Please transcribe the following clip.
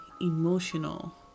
emotional